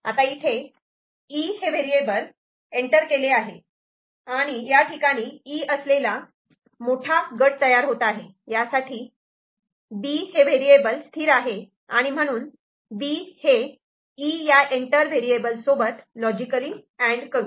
आता इथे 'E' हे व्हेरिएबल एंटर केले आहे आणि या ठिकाणी 'E' असलेला मोठा गट तयार होत आहे यासाठी 'B' हे व्हेरिएबल स्थिर आहे आणि म्हणून 'B' हे 'E' या एंटर व्हेरिएबल सोबत लॉजिकलीअँड करू